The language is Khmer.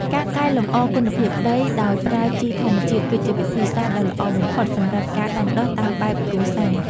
ការកែលម្អគុណភាពដីដោយប្រើជីធម្មជាតិគឺជាវិធីសាស្ត្រដ៏ល្អបំផុតសម្រាប់ការដាំដុះតាមបែបគ្រួសារ។